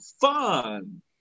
fun